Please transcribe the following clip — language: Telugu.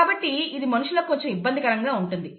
కాబట్టి ఇది మనుషులకు కొంచెం ఇబ్బందికరంగా ఉంటుంది